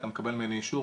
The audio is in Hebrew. אתה מקבל ממני אישור.